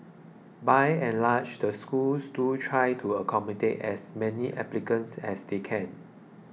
by and large the schools do try to accommodate as many applicants as they can